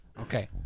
Okay